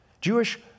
Jewish